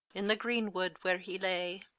in the greenwood where he lay.